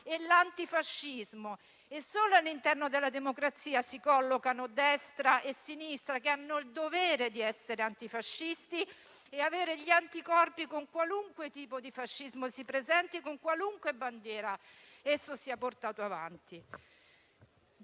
e l'antifascismo e solo all'interno della democrazia si collocano Destra e Sinistra, che hanno il dovere di essere antifasciste e di avere gli anticorpi contro qualunque tipo di fascismo si presenti, con qualunque bandiera esso sia portato avanti.